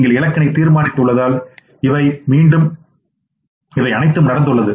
நீங்கள் இலக்கினை தீர்மானித்து உள்ளதால் இவை அனைத்தும் நடந்துள்ளது